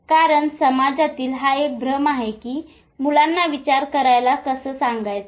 कारण समाजातील हा एक भ्रम आहे कि मुलांना विचार करायला कास सांगायचं